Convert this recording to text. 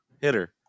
hitter